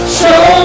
show